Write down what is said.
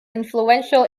influential